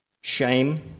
shame